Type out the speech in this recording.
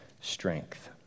strength